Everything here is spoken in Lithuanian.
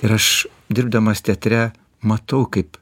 ir aš dirbdamas teatre matau kaip